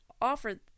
offer